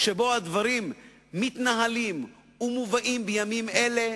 האופן שבו הדברים מתנהלים ומובאים בימים אלה